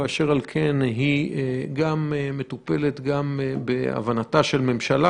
ואשר על כן היא גם מטופלת גם בהבנתה של ממשלה,